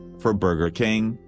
for burger king,